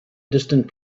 distant